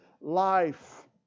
life